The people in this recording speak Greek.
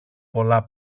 πολλά